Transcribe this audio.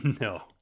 No